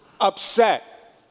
upset